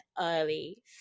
early